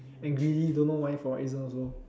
angrily don't know why for what reason also